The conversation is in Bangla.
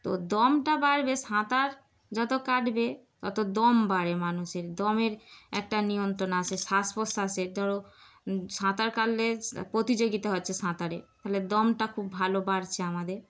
তো দমটা বাড়বে সাঁতার যত কাটবে তত দম বাড়ে মানুষের দমের একটা নিয়ন্ত্রণ আসে শ্বাস প্রশ্বাসের ধরো সাঁতার কাটলে প্রতিযোগিতা হচ্ছে সাঁতারে তাহলে দমটা খুব ভালো বাড়ছে আমাদের